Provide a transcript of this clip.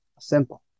Simple